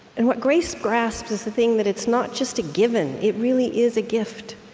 and what grace grasps is the thing that it's not just a given. it really is a gift,